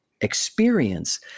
experience